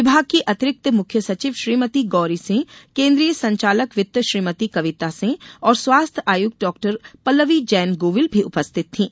विभाग की अतिरिक्त मुख्य सचिव श्रीमती गौरी सिंह केन्द्रीय संचालक वित्त श्रीमती कविता सिंह और स्वास्थ्य आयुक्त डॉ पल्लवी जैन गोविल भी उपस्थित थीं